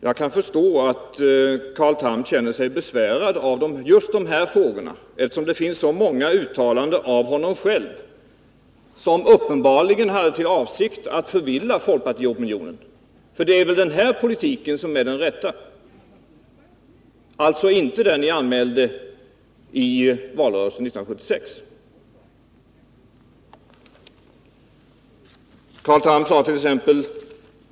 Jag kan förstå att Carl Tham känner sig besvärad av just de här frågorna, eftersom det finns så många uttalanden av honom själv som uppenbarligen hade avsikten att förvilla folkpartiopinionen. För det är väl den här politiken som är den rätta, alltså inte den ni anmälde i valrörelsen 1976? Carl Tham sadet.ex.